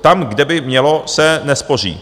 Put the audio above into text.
Tam, kde by mělo, se nespoří.